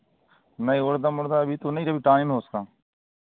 नहीं उड़दा मुड़दा अभी तो नहीं अभी टाइम है उसका